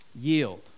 Yield